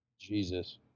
Jesus